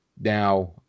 Now